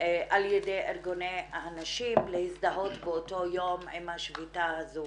על ידי ארגוני הנשים להזדהות באותו יום עם השביתה הזו.